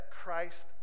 Christ